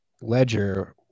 Ledger